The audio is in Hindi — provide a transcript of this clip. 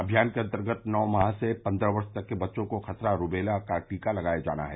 अभियान के अन्तर्गत नौ माह से पन्द्रह वर्ष तक के बच्चों को खसरा रूबेला का टीका लगाया जाना है